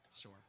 Sure